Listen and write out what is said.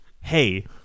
Hey